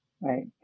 Right